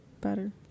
better